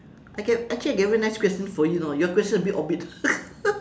I get actually I get very nice question for you know your question a bit off beat